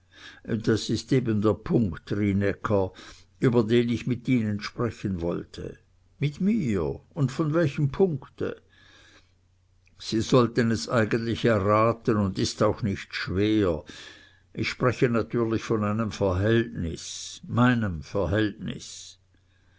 das ist eben der punkt rienäcker über den ich mit ihnen sprechen wollte mit mir und von welchem punkte sie sollten es eigentlich erraten und ist auch nicht schwer ich spreche natürlich von einem verhältnis meinem verhältnis